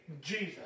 Jesus